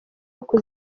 uku